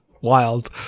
Wild